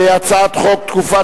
הצעת חוק טיפול